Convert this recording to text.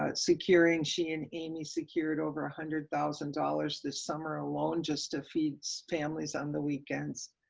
ah securing she and amy secured over hundred thousand dollars this summer alone, just to feed so families on the weekends,